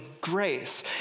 grace